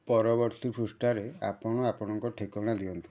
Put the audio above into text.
ପରବର୍ତ୍ତୀ ପୃଷ୍ଠାରେ ଆପଣ ଆପଣଙ୍କ ଠିକଣା ଦିଅନ୍ତୁ